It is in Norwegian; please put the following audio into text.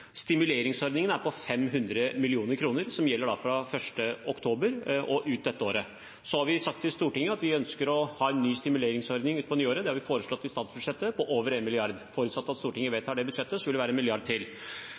på 500 mill. kr og gjelder fra 1. oktober og ut dette året. Så har vi sagt til Stortinget at vi ønsker å ha en ny stimuleringsordning utpå nyåret – det har vi foreslått i statsbudsjettet – på over 1 mrd. kr. Forutsatt at Stortinget vedtar det budsjettet, vil det være en milliard til.